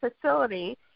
facility